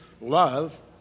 love